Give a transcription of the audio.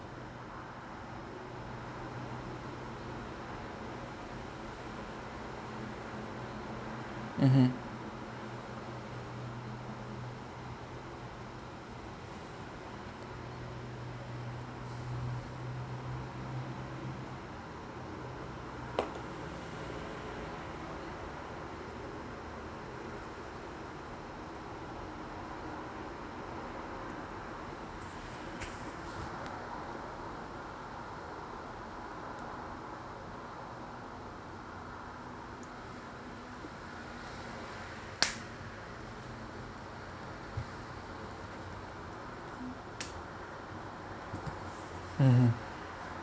mmhmm mmhmm